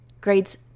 grades